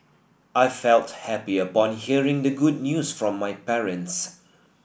I felt happy upon hearing the good news from my parents